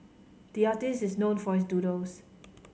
the artist is known for his doodles